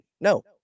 No